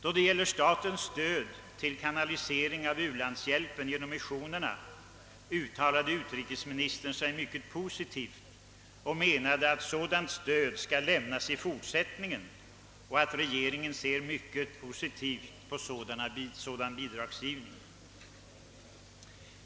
Beträffande statens stöd vid kanaliseringen av u-landshjälpen genom missionerna uttalade sig utrikesministern mycket positivt och ansåg att sådant stöd skall lämnas samt att regeringen ser mycket positivt på sådan bidragsgivning.